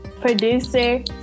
producer